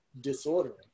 disordering